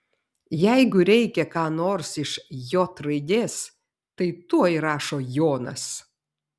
jeigu reikia ką nors iš j raidės tai tuoj rašo jonas